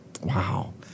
Wow